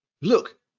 look